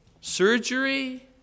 Surgery